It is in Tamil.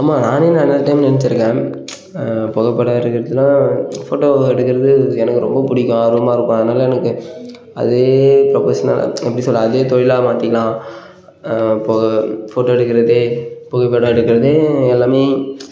ஆமாம் நானே நிறையா டைம் நினச்சிருக்கேன் புகைப்படம் எடுக்கிறதுலாம் ஃபோட்டோ எடுக்கிறது எனக்கு ரொம்பப் பிடிக்கும் ஆர்வமாக இருப்பேன் அதனால எனக்கு அதே ப்ரொஃபஷ்னலாக எப்படி சொல்லலாம் அதே தொழிலாக மாத்திக்கலாம் பொக ஃபோட்டோ எடுக்கிறதே புகைப்படம் எடுக்கிறதும் எல்லாமே